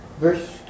Verse